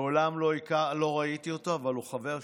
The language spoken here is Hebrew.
מעולם לא ראיתי אותו אבל הוא חבר שלי,